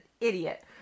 idiot